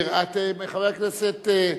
חבר הכנסת לוין,